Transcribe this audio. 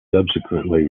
subsequently